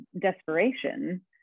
desperation